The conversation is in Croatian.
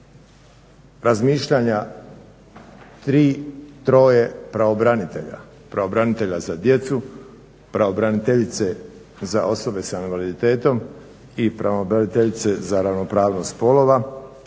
razmišljanja troje pravobranitelja. Pravobranitelja za djecu, pravobraniteljice za osobe s invaliditetom i pravobraniteljice za ravnopravnost spolova.